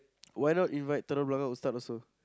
why not invite Telok-Blangah ustad also